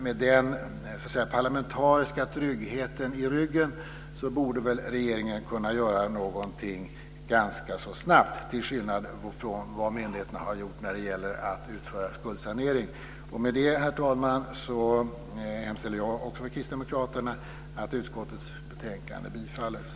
Med den parlamentariska tryggheten i ryggen borde väl regeringen kunna göra någonting ganska så snabbt, till skillnad från vad myndigheterna har gjort när det gäller att utföra skuldsanering. Med det, herr talman, hemställer jag med Kristdemokraterna att utskottets förslag i betänkandet bifalls.